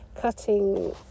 cutting